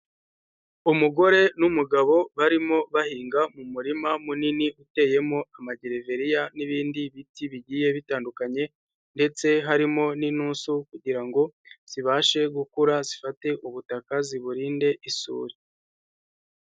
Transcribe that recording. Umugore n'umugabo barimo bahinga mu murima munini uteyemo amagereveriya n'ibindi biti bigiye bitandukanye ndetse harimo n'inusu kugira ngo zibashe gukura, zifate ubutaka ziburinde isuri.